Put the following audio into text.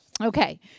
Okay